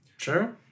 Sure